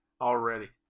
already